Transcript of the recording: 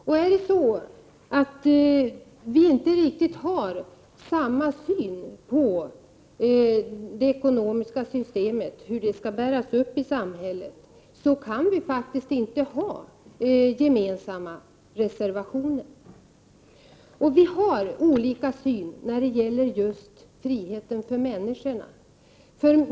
Om vi inte har riktigt samma syn på hur det ekonomiska systemet skall bäras upp av samhället, kan vi faktiskt inte avge gemensamma reservationer. Vi har olika syn på frågan om människors frihet.